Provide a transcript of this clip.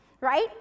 right